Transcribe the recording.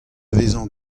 vezañ